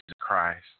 Christ